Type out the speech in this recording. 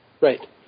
Right